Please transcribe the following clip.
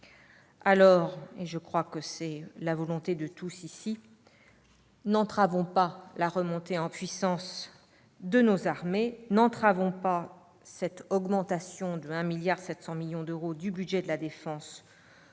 Aussi, et c'est, je crois, la volonté de tous ici, n'entravons la remontée en puissance de nos armées, n'entravons pas cette augmentation de 1,7 milliard d'euros du budget de la défense pour 2019.